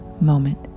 moment